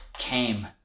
came